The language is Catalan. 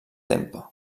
tempo